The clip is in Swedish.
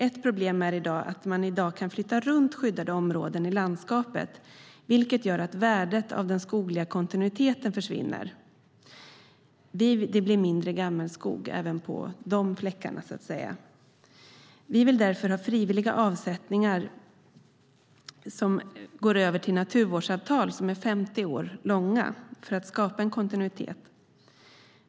Ett problem är att man i dag kan flytta runt skyddade områden i landskapet vilket gör att värdet av den skogliga kontinuiteten försvinner och det blir mindre gammelskog även på de fläckarna. Vi vill därför att alla frivilliga avsättningar görs om till naturvårdsavtal på 50 år för att skapa en kontinuitet.